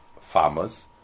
farmers